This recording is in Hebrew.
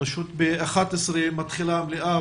בשעה 11:00 מתחילה המליאה,